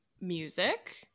music